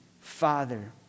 father